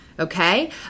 Okay